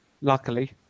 luckily